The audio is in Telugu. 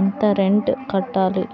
ఎంత రెంట్ కట్టాలి?